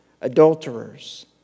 adulterers